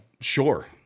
Sure